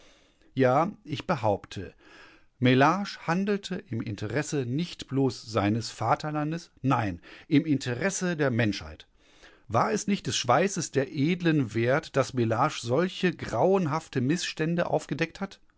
ja ich behaupte mellage handelte im interesse nicht bloß seines vaterlandes nein im interesse der menschheit war es nicht des schweißes der edlen wert daß mellage solche grauenhafte mißstände aufgedeckt hat